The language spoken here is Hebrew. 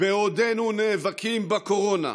בעודנו נאבקים בקורונה,